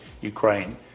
Ukraine